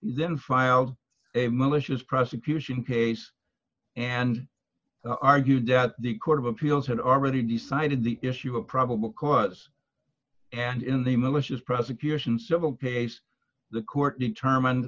then filed a malicious prosecution case and argued that the court of appeals had already decided the issue of probable cause and in the malicious prosecution civil case the court determined